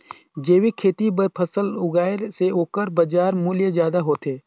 जैविक खेती बर फसल उगाए से ओकर बाजार मूल्य ज्यादा होथे